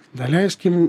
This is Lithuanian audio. na leiskim